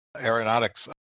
aeronautics